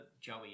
Joey